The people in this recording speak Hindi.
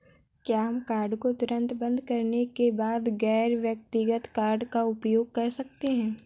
क्या हम कार्ड को तुरंत बंद करने के बाद गैर व्यक्तिगत कार्ड का उपयोग कर सकते हैं?